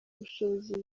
ubushobozi